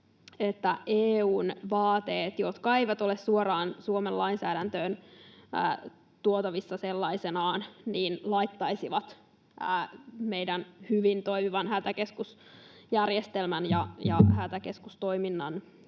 että EU:n vaateet, jotka eivät ole suoraan Suomen lainsäädäntöön tuotavissa sellaisenaan, laittaisivat meidän hyvin toimivan hätäkeskusjärjestelmän ja hätäkeskustoiminnan